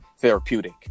therapeutic